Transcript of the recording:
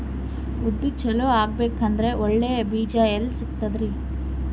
ಉದ್ದು ಚಲೋ ಆಗಬೇಕಂದ್ರೆ ಒಳ್ಳೆ ಬೀಜ ಎಲ್ ಸಿಗತದರೀ?